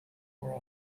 were